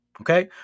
Okay